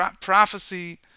prophecy